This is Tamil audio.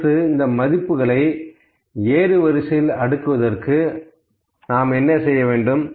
அடுத்து இந்த மதிப்புகளை ஏறுவரிசையில் அடுக்குவதற்கு நாம் என்ன செய்யலாம்